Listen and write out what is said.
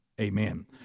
Amen